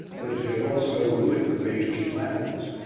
but it had also ruined the major's plans.